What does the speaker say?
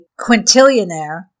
quintillionaire